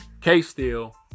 K-Steel